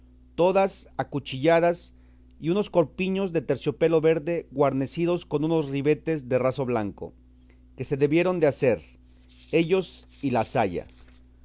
todas acuchilladas y unos corpiños de terciopelo verde guarnecidos con unos ribetes de raso blanco que se debieron de hacer ellos y la saya